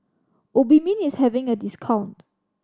Obimin is having a discount